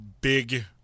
big